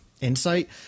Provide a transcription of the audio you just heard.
insight